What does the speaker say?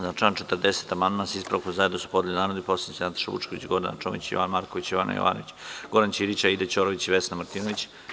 Na član 40. amandman, sa ispravkom, zajedno su podneli narodni poslanici Nataša Vučković, Gordana Čomić, Jovan Marković, Jovana Jovanović, Goran Ćirić, Aida Ćorović i Vesna Martinović.